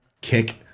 Kick